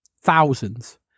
thousands